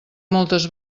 moltes